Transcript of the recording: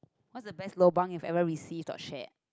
what's the best lobang you've ever received or shared